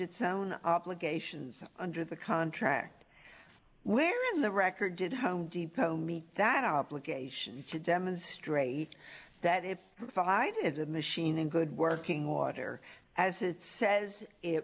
its own obligations under the contract where in the record did home depot meet that obligation to demonstrate that it provided a machine in good working order as it says it